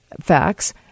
facts